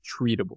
treatable